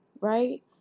right